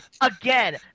again